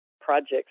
projects